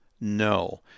no